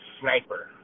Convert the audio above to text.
sniper